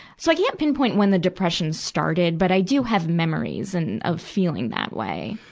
so i can't pinpoint when the depression started, but i do have memories and of feeling that way.